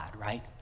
right